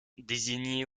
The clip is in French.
désignait